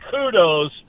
kudos